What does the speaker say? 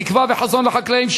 תקווה וחזון לחקלאים,